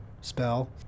spell